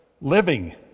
Living